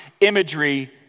imagery